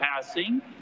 passing